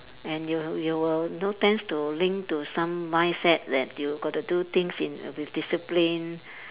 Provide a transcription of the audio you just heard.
and you you will know tends to link to some mindset that you got to do things in with discipline